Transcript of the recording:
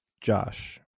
Josh